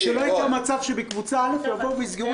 רק שלא יקרה מצב שבקוצה א' יבואו ויסגרו